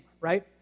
right